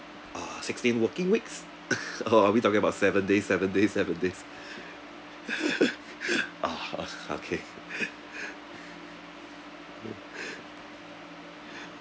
ah sixteen working weeks or are we talking about seven days seven days seven days oh o~ okay